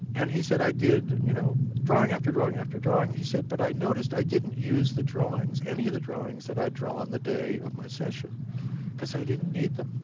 and he said, i did you know drawing after drawing after drawing. he said, but i noticed i didn't use the drawings any of the drawings that i'd drawn the day of my session because i didn't need them.